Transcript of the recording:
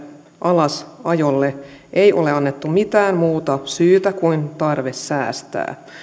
alasajolle ei ole annettu mitään muuta syytä kuin tarve säästää